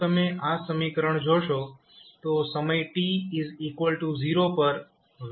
જો તમે આ સમીકરણ જોશો તો સમય t 0 પર વેલ્યુ વધવાનું શરૂ થાય છે